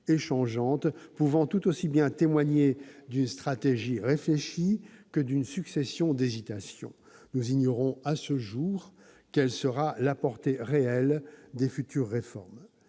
changeantes, pouvant tout aussi bien témoigner d'une stratégie réfléchie que d'une succession d'hésitations. Nous ignorons à ce jour quelle sera la portée réelle des futures réformes.